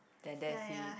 then that's it